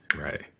Right